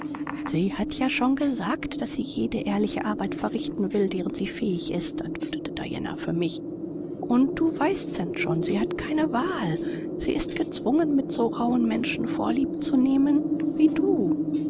sie hat ja schon gesagt daß sie jede ehrliche arbeit verrichten will deren sie fähig ist antwortete diana für mich und du weißt st john sie hat keine wahl sie ist gezwungen mit so rauhen menschen vorlieb zu nehmen wie du